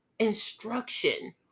instruction